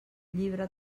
llibre